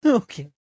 okay